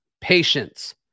patience